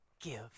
give